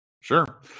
Sure